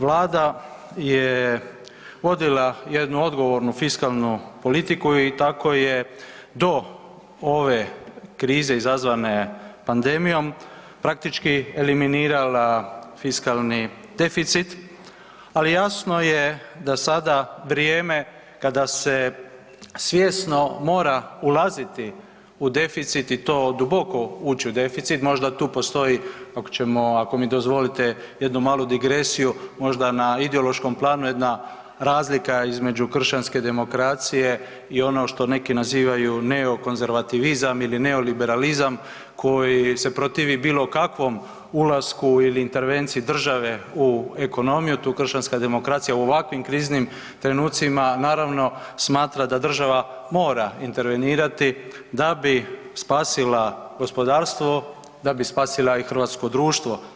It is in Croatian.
Vlada je vodila jednu odgovornu fiskalnu politiku i tako je do ove krize izazvane pandemijom praktički eliminirala fiskalni deficit, ali jasno je da sada vrijeme kada se svjesno mora ulaziti u deficit i to duboko ući u deficit, možda tu postoji ako ćemo, ako mi dozvolite jednu malu digresiju možda na ideološkom planu jedna razlika između kršćanske demokracije i ono što neki nazivaju neokonzervatizam ili neoliberalizam koji se protivi bilo kakvom ulasku ili intervenciji države u ekonomiju, tu kršćanska demokracija u ovakvim kriznim trenucima naravno smatra da država mora intervenirati da bi spasila gospodarstvo, da bi spasila i hrvatsko društvo.